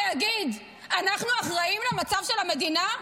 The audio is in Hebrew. מישהו פה יגיד: אנחנו אחראים למצב של המדינה?